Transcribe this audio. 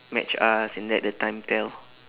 match us and let the time tell